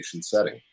setting